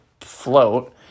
float